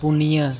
ᱯᱩᱱᱭᱟᱹ